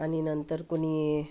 आणि नंतर कोणी